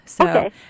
Okay